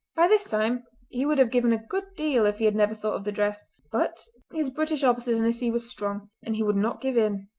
by this time he would have given a good deal if he had never thought of the dress, but his british obstinacy was strong, and he would not give in.